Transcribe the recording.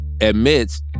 admits